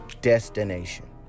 destination